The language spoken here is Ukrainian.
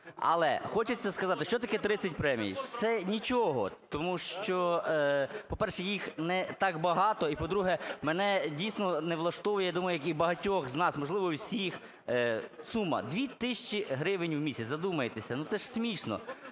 Але хочеться сказати, що таке 30 премій? Це нічого, тому що, по-перше, їх не так багато, і, по-друге, мене дійсно не влаштовує, я думаю, як і багатьох з нас, можливо всіх, сума – 2 тисячі гривень в місяць. Задумайтеся, ну це ж смішно.